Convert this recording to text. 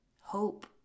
hope